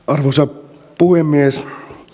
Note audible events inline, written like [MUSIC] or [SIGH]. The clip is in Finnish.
[UNINTELLIGIBLE] arvoisa puhemies